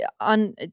on